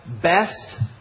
best